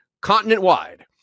continent-wide